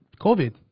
COVID